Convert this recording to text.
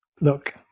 look